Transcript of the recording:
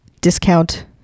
discount